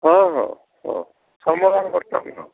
ହଁ ହଁ ହଁ ସୋମବାର